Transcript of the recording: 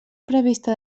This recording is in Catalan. prevista